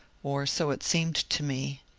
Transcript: or so it seemed to me.